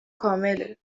کامله